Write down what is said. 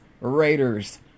Raiders